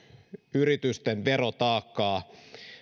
yritysten verotaakkaa